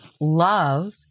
love